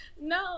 No